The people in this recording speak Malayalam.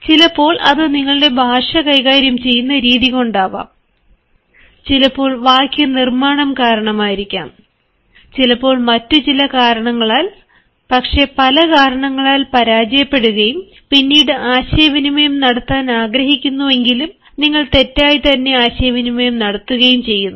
ചിലപ്പോൾ അത് നിങ്ങളുടെ ഭാഷ കൈകാര്യം ചെയ്യുന്ന രീതികൊണ്ടാവാം അല്ലെങ്കിൽ ഇത് ഘടനാപരമായ ക്രമത്തിൽ വന്നത് മൂലമായിരിക്കാം ചിലപ്പോൾ വാക്യ നിർമ്മാണം കാരണമായിരിക്കാം ചിലപ്പോൾ മറ്റ് ചില കാരണങ്ങളാൽ പക്ഷേ പല കാരണങ്ങളാൽ പരാജയപ്പെടുകയും പിന്നീട് ആശയവിനിമയം നടത്താൻ ആഗ്രഹിക്കുന്നുവെങ്കിലും നിങ്ങൾ തെറ്റായി തന്നെ ആശയവിനിമയം നടത്തുകയും ചെയ്യുന്നു